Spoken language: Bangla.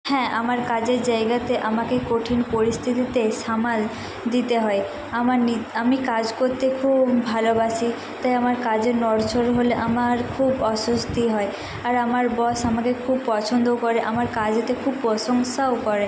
হ্যাঁ আমার কাজের জায়গাতে আমাকে কঠিন পরিস্থিতিতে সামাল দিতে হয় আমার নি আমি কাজ করতে খুব ভালোবাসি তাই আমার কাজের নড় চড় হলে আমার খুব অস্বস্তি হয় আর আমার বস আমাকে খুব পছন্দ করে আমার কাজেতে খুব প্রশংসাও করে